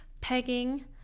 pegging